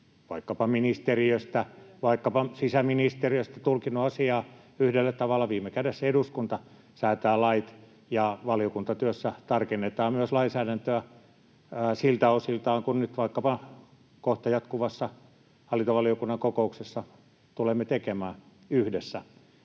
Sisäministeriöstä!] — vaikkapa sisäministeriöstä — tulkinnut asiaa yhdellä tavalla, niin viime kädessä eduskunta säätää lait, ja valiokuntatyössä tarkennetaan myös lainsäädäntöä siltä osiltaan, kuin nyt vaikkapa kohta jatkuvassa hallintovaliokunnan kokouksessa tulemme tekemään, yhdessä.